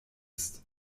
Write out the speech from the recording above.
ist